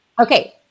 Okay